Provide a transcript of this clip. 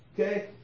Okay